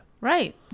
right